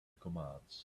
commands